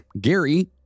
Gary